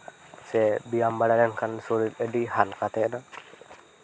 ᱥᱮ ᱵᱮᱭᱟᱢ ᱵᱟᱲᱟ ᱞᱮᱠᱷᱟᱱ ᱦᱚᱲᱢᱚ ᱟᱹᱰᱤ ᱨᱟᱣᱟᱞ ᱛᱟᱦᱮᱱᱟ